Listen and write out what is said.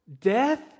death